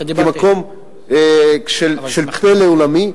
כמקום של פלא עולמי,